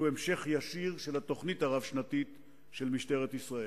שהוא המשך ישיר של התוכנית הרב-שנתית של משטרת ישראל.